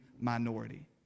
minority